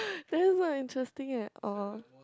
that is not interesting at all